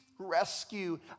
rescue